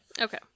Okay